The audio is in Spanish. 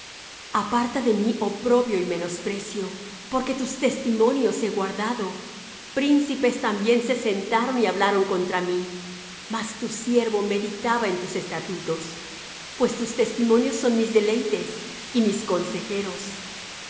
aparta de mí oprobio y menosprecio porque tus testimonios he guardado príncipes también se sentaron y hablaron contra mí mas tu siervo meditaba en tus estatutos pues tus testimonios son mis deleites y mis consejeros